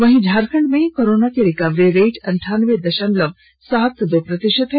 वहीं झारखंड में कोरोना की रिकवरी रेट अनठानबे दशमलव सात दो प्रतिशत हैं